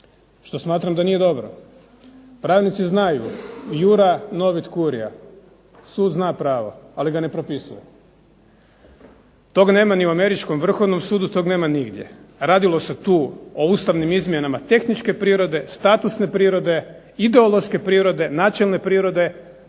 što smatram da nije dobro. Radnici znaju, "Iura novit curia", sud zna pravo, ali ga ne propisuje. Toga nema ni u američkom vrhovnom sudu, toga nema nigdje. Radilo se tu o ustavnim izmjenama tehničke prirode, statusne prirode, ideološke prirode, nacionalne prirode,